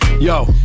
Yo